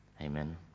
Amen